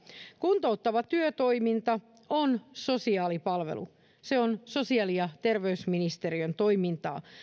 kuntouttava työtoiminta on sosiaalipalvelu se on sosiaali ja terveysministeriön toimintaa